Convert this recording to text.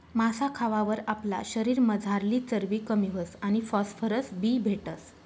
मासा खावावर आपला शरीरमझारली चरबी कमी व्हस आणि फॉस्फरस बी भेटस